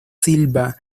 silva